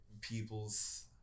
people's